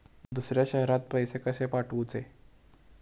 दुसऱ्या शहरात पैसे कसे पाठवूचे?